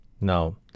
Now